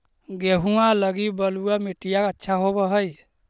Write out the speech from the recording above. गेहुआ लगी बलुआ मिट्टियां अच्छा होव हैं?